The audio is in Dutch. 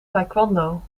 taekwondo